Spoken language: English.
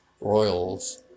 royals